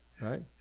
right